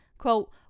Quote